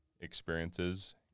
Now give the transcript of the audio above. experiences